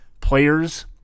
players